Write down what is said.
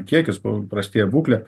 kiekius prastėja būklė